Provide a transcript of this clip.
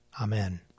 Amen